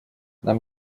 нам